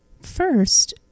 First